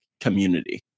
community